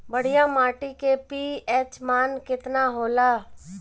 बढ़िया माटी के पी.एच मान केतना होला?